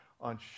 on